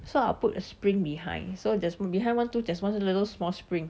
so I'll put a spring behind so there's behind one tooth got a little small spring